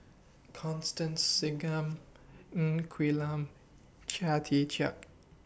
Constance Singam Ng Quee Lam Chia Tee Chiak